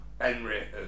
Henry